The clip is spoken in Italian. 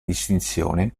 distinzione